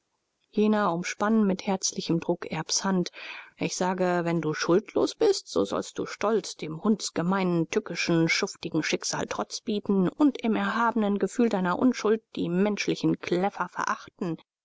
jener umspannte mit herzlichem druck erbs hand ich sage wenn du schuldlos bist so sollst du stolz dem hundsgemeinen tückischen schuftigen schicksal trotz bieten und im erhabenen gefühl deiner unschuld die menschlichen kläffer verachten